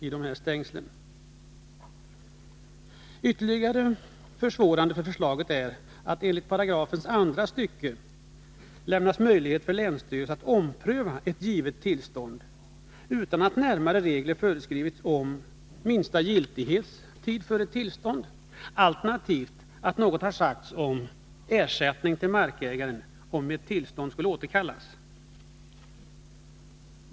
Ytterligare en försvårande omständighet när det gäller förslaget är att länsstyrelse enligt paragrafens andra stycke lämnas möjlighet att ompröva ett givet tillstånd, utan att några närmare regler föreskrivits om kortaste giltighetstid för ett tillstånd eller att något har sagts om ersättning till markägaren om ett tillstånd skulle återkallas.